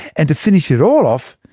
and to finish it all off,